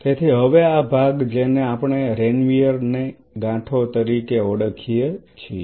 તેથી હવે આ ભાગ જેને આપણે રેનવીયર ના ગાંઠો તરીકે ઓળખીએ છીએ